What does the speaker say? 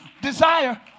desire